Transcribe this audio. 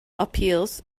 appeals